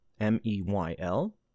M-E-Y-L